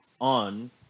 on